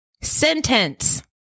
Sentence